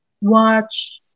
watch